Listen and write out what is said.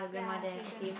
ya okay grandma